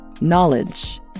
Knowledge